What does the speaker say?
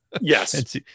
yes